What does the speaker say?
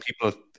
people